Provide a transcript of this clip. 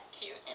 cute